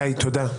גיא, תודה.